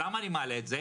למה אני מעלה את זה?